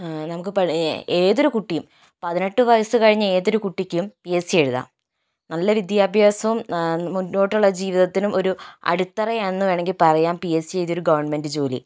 നമുക്ക് പറ ഏതൊരു കുട്ടിയും പതിനെട്ട് വയസ്സ് കഴിഞ്ഞ ഏതൊരു കുട്ടിക്കും പി എസ് സി എഴുതാം നല്ല വിദ്യാഭ്യാസവും മുന്നോട്ടുള്ള ജീവിതത്തിനും ഒരു അടിത്തറയാണെന്ന് വേണമെങ്കിൽ പറയാം പി എസ് സി എഴുതി ഒരു ഗവൺമെൻറ് ജോലി